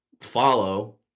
Follow